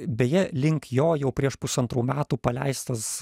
beje link jo jau prieš pusantrų metų paleistas